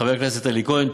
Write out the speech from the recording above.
חבר הכנסת אלי כהן.